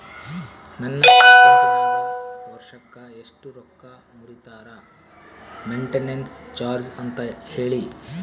ನನ್ನ ಅಕೌಂಟಿನಾಗ ವರ್ಷಕ್ಕ ಎಷ್ಟು ರೊಕ್ಕ ಮುರಿತಾರ ಮೆಂಟೇನೆನ್ಸ್ ಚಾರ್ಜ್ ಅಂತ ಹೇಳಿ?